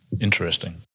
Interesting